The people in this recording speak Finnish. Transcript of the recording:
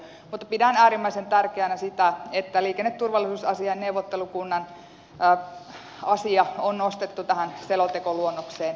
mutta pidän äärimmäisen tärkeänä sitä että liikenneturvallisuusasiain neuvottelukunnan asia on nostettu tähän selontekoluonnokseen